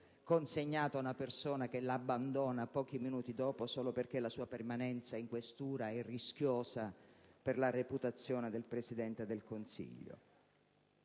consegnata a una persona, che l'abbandona pochi minuti dopo, solo perché la sua permanenza in questura è rischiosa per la reputazione del Presidente del Consiglio?